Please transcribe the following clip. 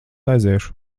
aiziešu